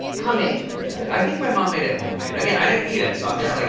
homemade yeah i think my mom made it homemade. again, i didn't eat it, so i'm just, like,